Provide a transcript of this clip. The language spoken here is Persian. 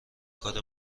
کار